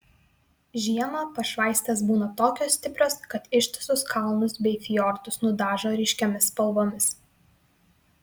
žiemą pašvaistės būna tokios stiprios kad ištisus kalnus bei fjordus nudažo ryškiomis spalvomis